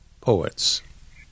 Poets